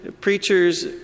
preachers